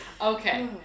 Okay